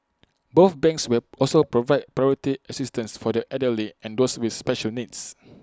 both banks will also provide priority assistance for the elderly and those with special needs